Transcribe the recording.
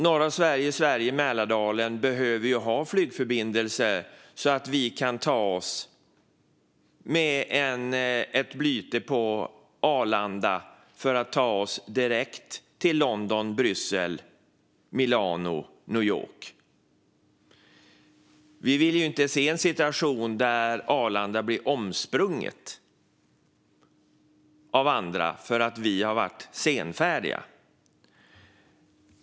Norra Sverige och Mälardalen behöver ha en flygförbindelse så att vi med ett byte på Arlanda kan ta oss direkt till Bryssel, Milano eller New York. Vi vill inte se en situation där Arlanda blir omsprunget av andra för att vi har varit senfärdiga.